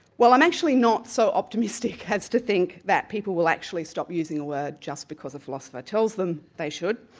well i'm actually not so optimistic as to think that people will actually stop using the word just because a philosopher tells them they should,